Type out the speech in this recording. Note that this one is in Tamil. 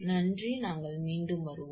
நன்றி நாங்கள் மீண்டும் வருவோம்